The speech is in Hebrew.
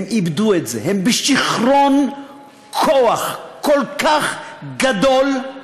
הם איבדו את זה, הם בשיכרון כוח כל כך גדול,